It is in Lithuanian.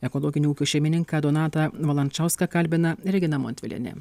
ekologinių ūkių šeimininką donatą valančauską kalbina regina montvilienė